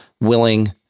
willing